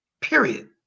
period